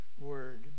word